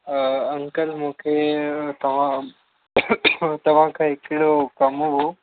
uncle मूंखे तव्हां तव्हांखां हिकिड़ो कमु हो